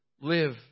live